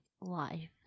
life